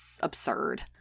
absurd